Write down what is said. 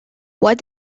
what